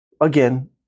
again